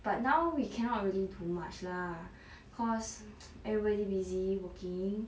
but now we cannot already too much lah cause everybody busy working